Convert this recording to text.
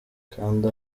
kanda